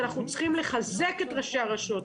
אנחנו צריכים לחזק את ראשי הרשויות.